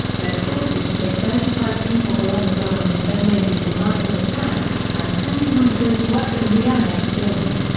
their sources say thirty five people were on the ground in benghazi the night of attack, and twenty one of those worked in the annex building.